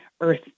earth